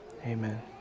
Amen